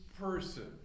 person